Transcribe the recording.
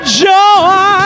joy